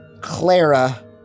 Clara